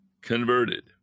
converted